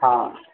हा